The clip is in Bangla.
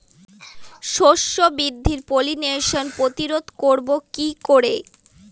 শস্য বৃদ্ধির পলিনেশান প্রতিরোধ করব কি করে?